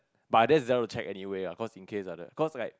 but I just double check anyway ah cause in case of the cause right